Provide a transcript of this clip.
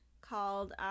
called